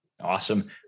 Awesome